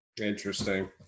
Interesting